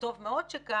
וטוב מאוד שכך,